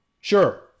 Sure